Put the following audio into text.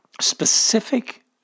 specific